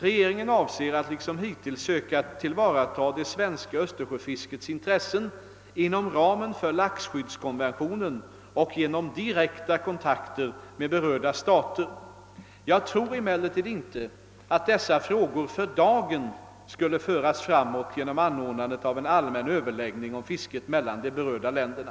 Regeringen avser att liksom hittills söka tillvarata det svenska östersjöfiskets intressen inom ramen för laxskyddskonventionen och genom direkta kontakter med berörda stater. Jag tror emellertid inte att dessa frågor för dagen skulle föras framåt genom anordnandet av en allmän Ööverläggning om fisket mellan de berörda länderna.